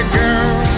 girl